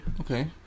Okay